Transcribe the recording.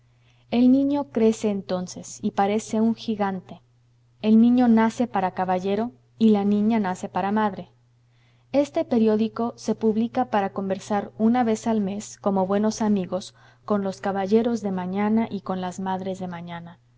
el niño crece entonces y parece un gigante el niño nace para caballero y la niña nace para madre este periódico se publica para conversar una vez al mes como buenos amigos con los caballeros de mañana y con las madres de mañana